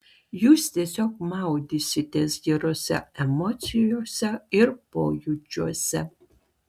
jūs tiesiog maudysitės gerose emocijose ir pojūčiuose